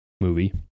movie